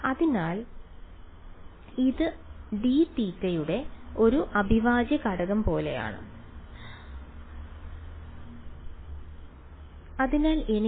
അതിനാൽ ഇത് ഡി തീറ്റയുടെ ഒരു അവിഭാജ്യഘടകം പോലെയാണ് അതിനാൽ എനിക്ക് ഒരു − 4j ലഭിക്കും